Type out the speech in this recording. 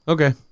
Okay